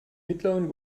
mittleren